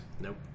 Nope